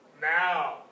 Now